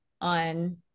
on